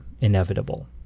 inevitable